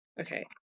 Okay